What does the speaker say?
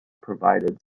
provided